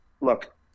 Look